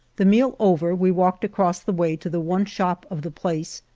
the meal over, we walked across the way to the one shop of the place,